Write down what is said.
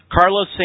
Carlos